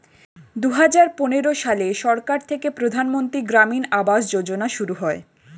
দুহাজার পনেরো সালে সরকার থেকে প্রধানমন্ত্রী গ্রামীণ আবাস যোজনা শুরু হয়